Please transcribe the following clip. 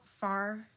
far